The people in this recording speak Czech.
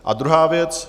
A druhá věc.